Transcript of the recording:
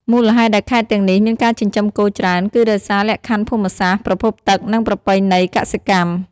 មូលហេតុដែលខេត្តទាំងនេះមានការចិញ្ចឹមគោច្រើន គឺដោយសារ លក្ខខណ្ឌភូមិសាស្ត្រ ប្រភពទឹក និងប្រពៃណីកសិកម្ម។